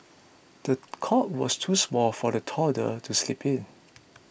the cot was too small for the toddler to sleep in